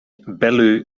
bellu